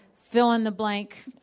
fill-in-the-blank